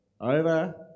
over